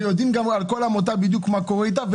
ויודעים מה קורה עם